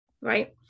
right